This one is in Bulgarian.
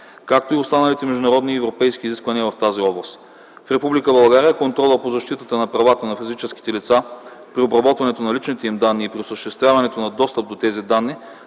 както и останалите международни и европейски изисквания в тази област. В Република България контролът по защитата на правата на физическите лица при обработването на личните им данни и при осъществяването на достъп до тези данни